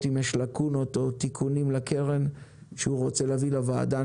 אם יש לקונות או תיקונים לקרן שהוא רוצה להביא לוועדה,